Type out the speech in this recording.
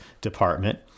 department